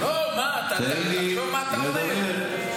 תחשוב מה אתה אומר.